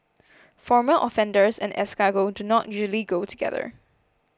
former offenders and escargot do not usually go together